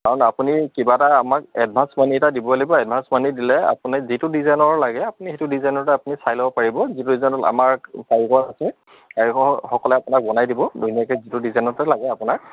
কাৰণ আপুনি কিবা এটা আমাক এডভাঞ্চ মানি এটা দিবই লাগিব এডভান্স মানি দিলে আপুনি যিটো ডিজাইনৰ লাগে আপুনি সেইটো ডিজাইনতে আপুনি চাই ল'ব পাৰিব যিটো ডিজাইনত আমাৰ কাৰীকৰ আছে কাৰীকৰসকলে আপোনাক বনাই দিব ধুনীয়াকৈ যিটো ডিজাইনতে লাগে আপোনাক